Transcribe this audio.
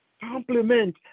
complement